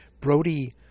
Brody